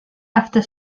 after